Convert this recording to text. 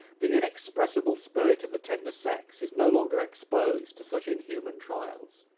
the inexpressible spirit of the tender sex is no longer exposed to such inhuman trials.